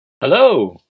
hello